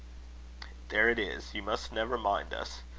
there it is. you must never mind us.